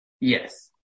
Yes